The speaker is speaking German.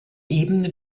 ebene